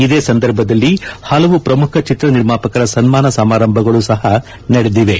ಇದೇ ಸಂದರ್ಭದಲ್ಲಿ ಹಲವು ಪ್ರಮುಖ ಚಿತ್ರ ನಿರ್ಮಾಪಕರ ಸನ್ಮಾನ ಸಮಾರಂಭಗಳು ಸಹ ನಡೆದಿವೆ